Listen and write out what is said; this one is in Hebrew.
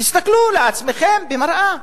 תסתכלו על עצמכם במראה.